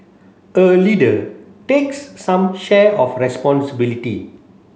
a leader takes some share of responsibility